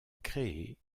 créer